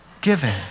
giving